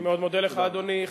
אני מאוד מודה לך, אדוני.